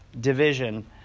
division